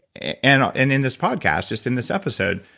and in in this podcast, just in this episode,